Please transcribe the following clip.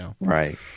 Right